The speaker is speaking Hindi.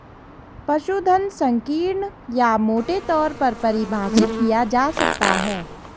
पशुधन संकीर्ण या मोटे तौर पर परिभाषित किया जा सकता है